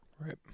Right